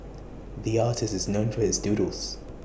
the artist is known for his doodles